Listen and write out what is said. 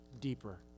deeper